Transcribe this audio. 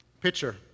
picture